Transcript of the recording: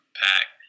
pack